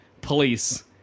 police